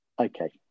Okay